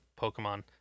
Pokemon